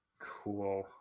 cool